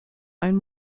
own